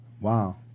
Wow